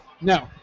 No